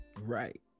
Right